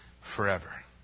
forever